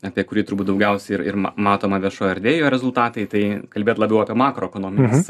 apie kurį turbūt daugiausiai ir irma matoma viešoje erdvėje rezultatai tai kalbėt labiau apie makroekonomines